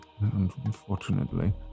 unfortunately